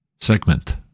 segment